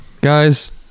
Guys